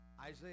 Isaiah